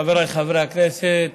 חבריי חברי הכנסת,